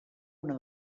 una